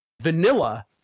vanilla